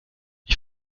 ich